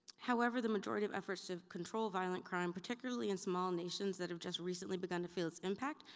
however, the majority of efforts to control violent crime, particularly in small nations that have just recently begun to feel its impact,